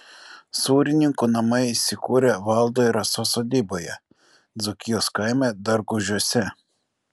sūrininkų namai įsikūrę valdo ir rasos sodyboje dzūkijos kaime dargužiuose